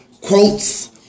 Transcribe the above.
quotes